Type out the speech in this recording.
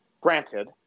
Granted